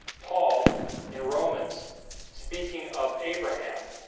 paul in romans speaking of abraham